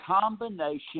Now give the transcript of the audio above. combination